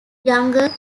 younger